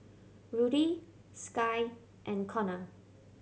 Rudy Skye and Konner